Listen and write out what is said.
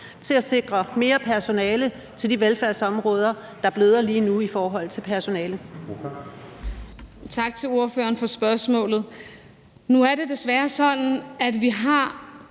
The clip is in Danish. til at sikre mere personale til de velfærdsområder, der bløder lige nu i forhold til personale.